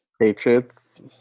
Patriots